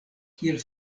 kiel